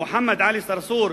מוחמד עלי צרצור,